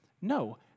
No